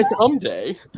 someday